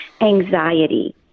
anxiety